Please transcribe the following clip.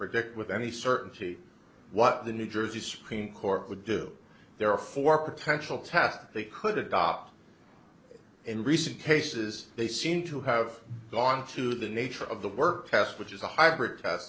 predict with any certainty what the new jersey supreme court would do there are four potential tests that they could adopt in recent cases they seem to have gone to the nature of the work passed which is a hybrid test